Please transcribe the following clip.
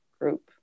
group